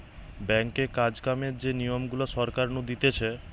ব্যাঙ্কে কাজ কামের যে নিয়ম গুলা সরকার নু দিতেছে